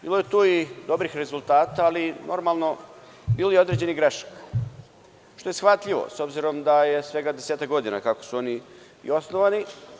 Bilo je tu i dobrih rezultata, ali bilo je i određenih grešaka, što je shvatljivo s obzirom da je svega desetak godina kako su oni osnovani.